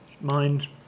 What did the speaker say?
mind